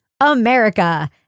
America